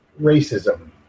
racism